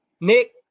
Nick